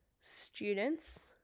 students